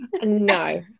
No